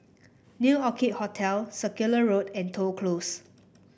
New Orchid Hotel Circular Road and Toh Close